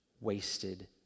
wasted